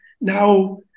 Now